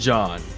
John